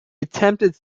attempted